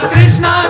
Krishna